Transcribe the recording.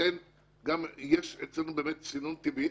ולכן יש אצלנו סינון טבעי.